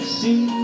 see